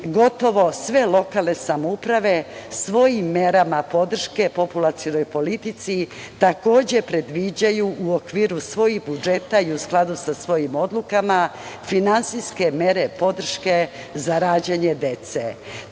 gotovo sve lokalne samouprave svojim merama podrške populacionoj politici, takođe predviđaju u okviru svojih budžeta i u skladu sa svojim odlukama, finansijske mere podrške za rađanje